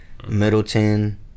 Middleton